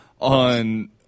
on